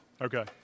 Okay